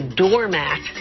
doormat